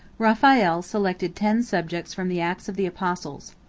raphael selected ten subjects from the acts of the apostles.